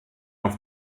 auf